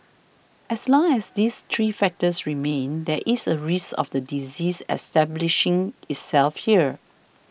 as long as these three factors remain there is a risk of the disease establishing itself here